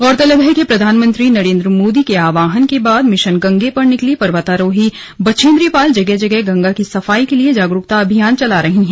गौरतलब है कि प्रधानमंत्री नरेंद्र मोदी के आह्वान के बाद मिशन गंगे पर निकलीं पर्वतारोही बछेंद्री पाल जगह जगह गंगा की सफाई के लिए जागरुकता अभियान चला रही हैं